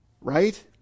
right